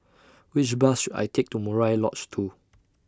Which Bus should I Take to Murai Lodge two